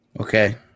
Okay